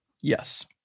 Yes